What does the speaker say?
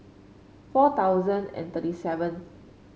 four thousand and thirty seventh